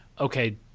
okay